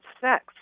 sex